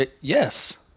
Yes